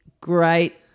great